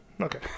okay